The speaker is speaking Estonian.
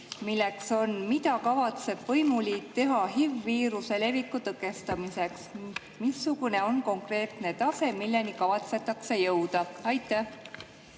mis on: mida kavatseb võimuliit teha HI-viiruse leviku tõkestamiseks? Missugune on konkreetne tase, milleni kavatsetakse jõuda? Aitäh!